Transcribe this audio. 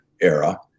era